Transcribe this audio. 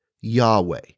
Yahweh